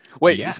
Wait